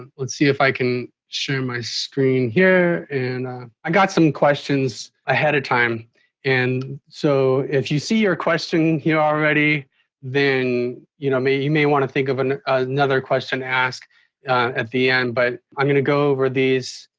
um let's see if i can show my screen here. and i got some questions ahead of time and so if you see your question you know already then you know me you may want to think of an another question asked at the end but i'm gonna go over these.